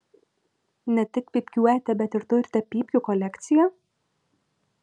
ne tik pypkiuojate bet ir turite pypkių kolekciją